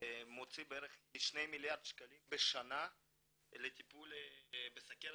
מוציא בערך 2 מיליארד שקלים בשנה לטיפול בסוכרת,